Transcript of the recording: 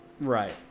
Right